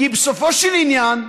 כי בסופו של עניין,